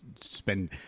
spend